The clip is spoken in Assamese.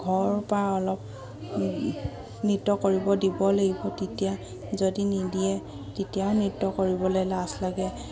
ঘৰৰ পৰা অলপ নৃত্য কৰিব দিব লাগিব তেতিয়া যদি নিদিয়ে তেতিয়াও নৃত্য কৰিবলৈ লাজ লাগে